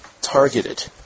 targeted